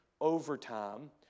overtime